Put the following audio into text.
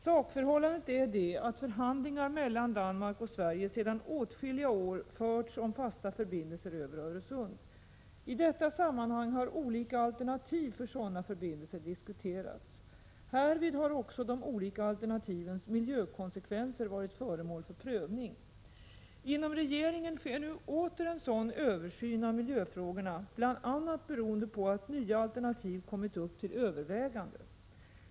Sakförhållandet är det att förhandlingar mellan Danmark 108 och Sverige sedan åtskilliga år förts om fasta förbindelser över Öresund. I detta sammanhang har olika alternativ för sådana förbindelser diskuterats. Härvid har också de olika alternativens miljökonsekvenser varit föremål för prövning. Inom regeringen sker nu åter en sådan översyn av miljöfrågorna, bl.a. beroende på att nya alternativ kommit upp till övervägande.